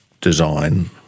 design